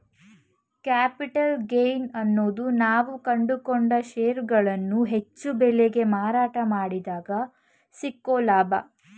capital gain ಅನ್ನೋದು ನಾವು ಕೊಂಡುಕೊಂಡ ಷೇರುಗಳನ್ನು ಹೆಚ್ಚು ಬೆಲೆಗೆ ಮಾರಾಟ ಮಾಡಿದಗ ಸಿಕ್ಕೊ ಲಾಭ